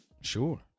Sure